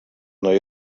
noi